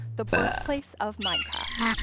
the birthplace of minecraft.